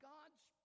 God's